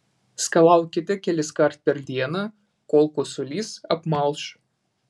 skalaukite keliskart per dieną kol kosulys apmalš